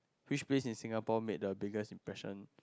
which place in Singapore made the biggest impression